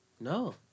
No